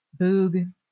boog